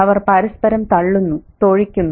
അവർ പരസ്പരം തള്ളുന്നു തൊഴിക്കുന്നു